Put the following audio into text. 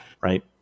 right